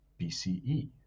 BCE